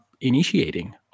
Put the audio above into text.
initiating